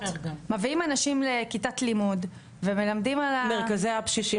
מביאים אנשים לכיתת לימוד ומלמדים על ה- -- מרכזי אפ שישים